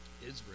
Israel